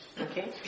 okay